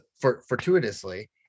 fortuitously